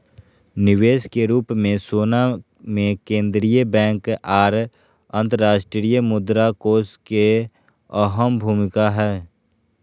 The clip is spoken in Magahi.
निवेश के रूप मे सोना मे केंद्रीय बैंक आर अंतर्राष्ट्रीय मुद्रा कोष के अहम भूमिका हय